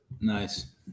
Nice